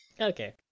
Okay